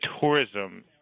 tourism